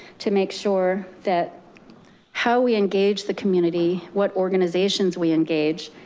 to make sure that how we engage the community, what organizations we engage,